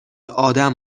آدم